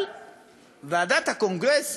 אבל ועדת הקונגרס